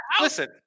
listen